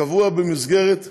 קבוע במסגרת החוק.